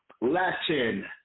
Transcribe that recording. Latin